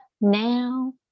now